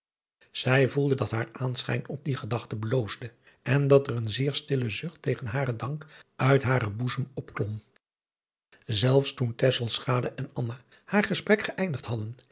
zij voelde dat haar aanschijn op die gedachte bloosde en dat er een zeer stille zucht tegen haren dank uit haren boezem opklom zelfs toen tesselschade en anna haar gesprek geëindigd hadden